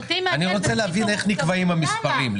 אני רוצה להבין איך נקבעים המספרים.